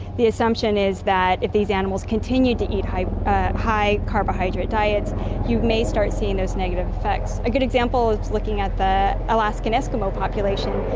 the assumption is that if these animals continued to eat high high carbohydrate diets you may start seeing those negative effects. a good example is looking at the alaskan eskimo population.